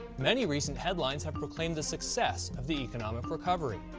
many recent headlines have proclaimed the success of the economic recovery,